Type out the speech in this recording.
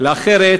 לאחרת,